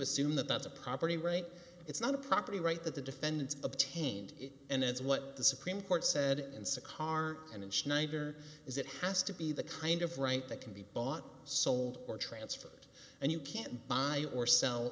assume that that's a property right it's not a property right that the defendant obtained it and that's what the supreme court said in six car and schneider is it has to be the kind of right that can be bought sold or transferred and you can buy or sell